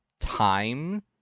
time